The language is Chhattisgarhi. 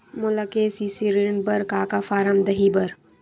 मोला के.सी.सी ऋण बर का का फारम दही बर?